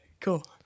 cool